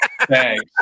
Thanks